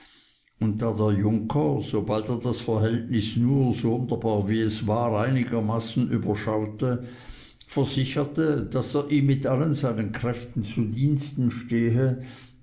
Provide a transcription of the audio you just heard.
und da der junker sobald er das verhältnis nur sonderbar wie es war einigermaßen überschaute versicherte daß er ihm mit allen seinen kräften zu diensten stehe